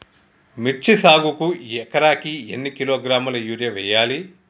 మిర్చి సాగుకు ఎకరానికి ఎన్ని కిలోగ్రాముల యూరియా వేయాలి?